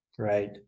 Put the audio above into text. Right